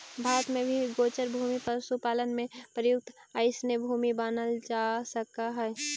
भारत में भी गोचर भूमि पशुपालन में प्रयुक्त अइसने भूमि मानल जा सकऽ हइ